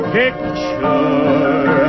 picture